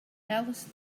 alice